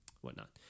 whatnot